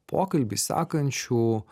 pokalbį sekančių